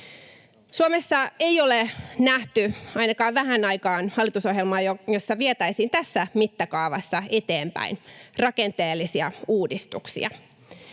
Suomessa ei ole nähty ainakaan vähän aikaan hallitusohjelmaa, jossa vietäisiin tässä mittakaavassa eteenpäin rakenteellisia uudistuksia.